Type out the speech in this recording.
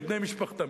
לבני-משפחתם,